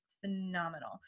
phenomenal